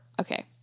Okay